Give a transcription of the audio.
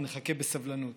נחכה בסבלנות.